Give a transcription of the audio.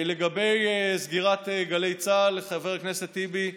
לגבי סגירת גלי צה"ל, חבר הכנסת טיבי,